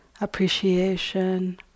appreciation